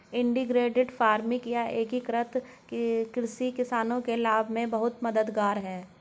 integrated farming या एकीकृत कृषि किसानों के लाभ में बहुत मददगार है